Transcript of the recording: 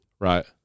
Right